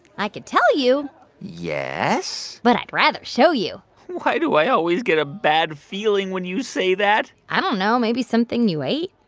i could tell you yes? but i'd rather show you why do i always get a bad feeling when you say that? i don't know. maybe something you ate?